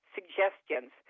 Suggestions